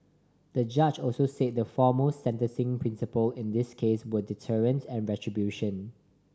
the judge also said the foremost sentencing principle in this case were deterrence and retribution